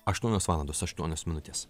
aštuonios valandos aštuonios minutės